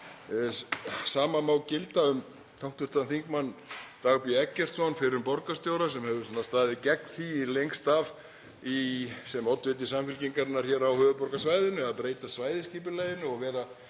Sama má gilda um hv. þm. Dag B. Eggertsson, fyrrum borgarstjóra, sem hefur staðið gegn því lengst af sem oddviti Samfylkingarinnar hér á höfuðborgarsvæðinu að breyta svæðisskipulaginu og vera